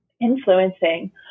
influencing